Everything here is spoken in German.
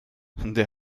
der